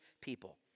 people